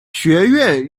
学院